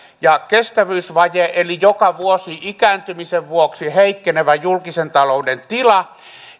ja kestävyysvaje eli joka vuosi ikääntymisen vuoksi heikkenevä julkisen talouden tila